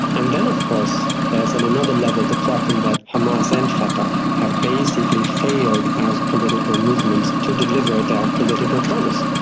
and then of course there's on another level the problem that hamas and fatah have basically failed as political movements to deliver their political promise,